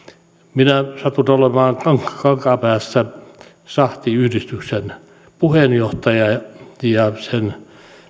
minä satun olemaan kankaanpäässä sahtiyhdistyksen puheenjohtaja ja ja sen